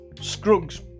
Scruggs